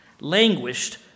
languished